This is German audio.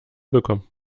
bekommt